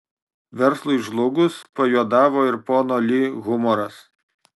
verslui žlugus pajuodavo ir pono li humoras